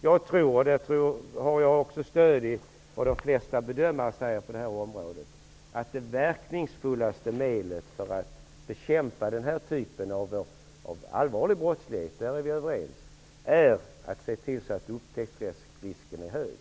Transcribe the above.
Jag tror -- och i det har jag stöd av vad de flesta bedömare på det här området säger -- att det mest verkningsfulla medlet för att bekämpa den här typen av allvarlig brottslighet -- vi är överens om att den här typen av brottslighet är allvarlig -- är att se till så att upptäcktsrisken är stor.